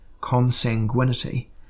consanguinity